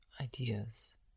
ideas